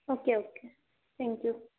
okay okay thank you